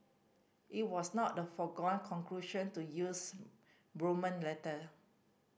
it was not the foregone conclusion to use Roman letter